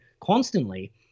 constantly